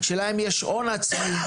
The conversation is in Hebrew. שלהם יש הון עצמי,